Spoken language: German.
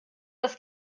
das